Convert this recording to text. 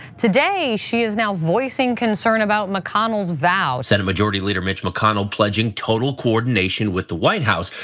today she is now voicing concern about mcconnell's vow. senate majority leader mitch mcconnell pledging total coordination with the white house.